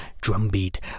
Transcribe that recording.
drumbeat